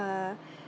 uh